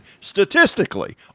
statistically